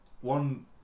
one